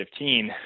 2015